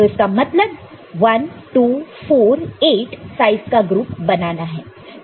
तो उसका मतलब 1 2 4 8 साइज का ग्रुप बनाना है